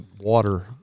water